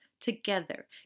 together